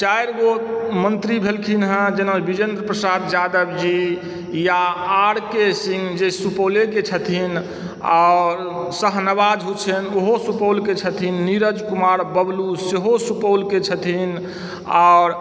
चारि गो मन्त्री भेलखिन हँ जेना बिजेन्द्र प्रसाद यादव जी या आरके सिंह जे सुपौलके छथिन और शाहनवाज हुसैन ओहो सुपौलके छथिन नीरज कुमार बबलु सेहो सुपौल के छथिन आर